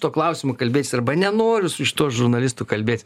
tuo klausimu kalbėtis arba nenoriu su šituo žurnalistu kalbėti